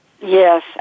Yes